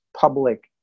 public